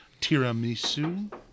Tiramisu